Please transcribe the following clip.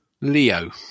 Leo